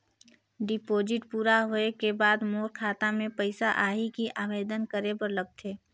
Deposit पूरा होय के बाद मोर खाता मे पइसा आही कि आवेदन करे बर लगथे?